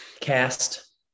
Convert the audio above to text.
Cast